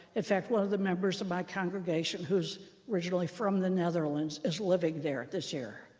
in fact, one of the members of my congregation, who's originally from the netherlands, is living there this year.